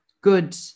good